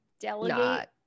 delegate